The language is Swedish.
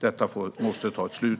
Detta måste få ett slut.